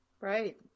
right